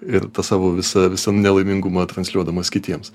ir tą savo visą visą nelaimingumą transliuodamas kitiems